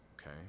okay